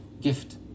gift